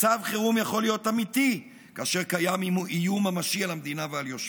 מצב חירום יכול להיות אמיתי כאשר קיים איום ממשי על המדינה ועל יושביה,